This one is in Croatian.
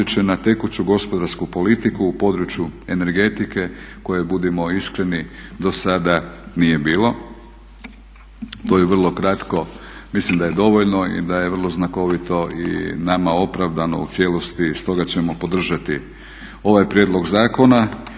na tekuću gospodarsku politiku u području energetike koje budimo iskreni dosada nije bilo." To je vrlo kratko. Mislim da je dovoljno i da je vrlo znakovito i nama opravdano u cijelosti, stoga ćemo podržati ovaj prijedlog iako